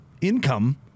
income